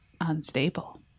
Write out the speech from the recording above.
Unstable